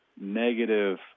negative